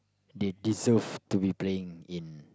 they deserve to be playing in